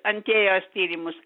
antėjos tyrimus